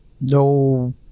No